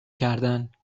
کردن